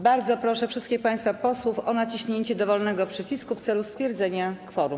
Bardzo proszę wszystkich państwa posłów o naciśnięcie dowolnego przycisku w celu stwierdzenia kworum.